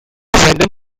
random